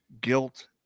guilt